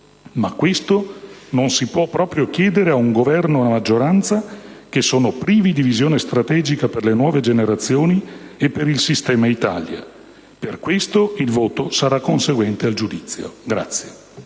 ma questo non si può proprio chiedere a un Governo e a una maggioranza che sono privi di visione strategica per le nuove generazioni e per il sistema Italia. Per questo, il voto sarà conseguente al giudizio.